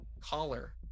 collar